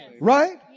Right